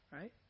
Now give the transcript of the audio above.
Right